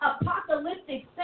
apocalyptic